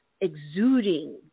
exuding